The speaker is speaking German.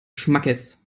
schmackes